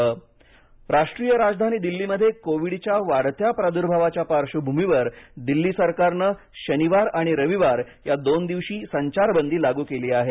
केजरीवाल राष्ट्रीय राजधानी दिल्लीमध्ये कोविडच्या वाढत्या प्रादुर्भावाच्या पार्श्वभूमीवर दिल्ली सरकारने शनिवार आणि रविवार या दोन दिवशी संचारबंदी लागू केली आहे